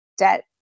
debt